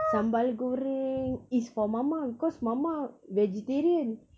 sambal goreng is for mama because mama vegetarian